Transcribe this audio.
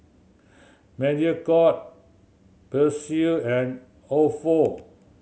Mediacorp Persil and Ofo